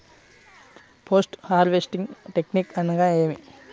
Post harvesting technique అనగా నేమి?